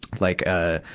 like a,